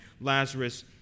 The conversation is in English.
Lazarus